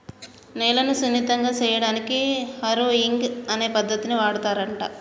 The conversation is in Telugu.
నేలను సున్నితంగా సేయడానికి హారొయింగ్ అనే పద్దతిని వాడుతారంట